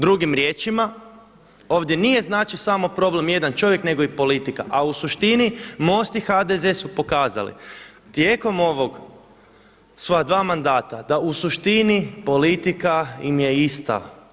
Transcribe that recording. Drugim riječima, ovdje nije znači samo problem jedan čovjek, nego i politika, a u suštini MOST i HDZ su pokazali tijekom ova svoja dva mandata da u suštini politika im je ista.